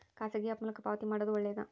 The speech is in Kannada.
ಖಾಸಗಿ ಆ್ಯಪ್ ಮೂಲಕ ಪಾವತಿ ಮಾಡೋದು ಒಳ್ಳೆದಾ?